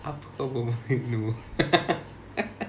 apa kau berbual no